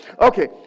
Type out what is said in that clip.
Okay